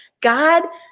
God